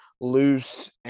loose